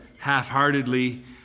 half-heartedly